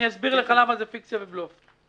אסביר לך למה זה פיקציה ובלוף.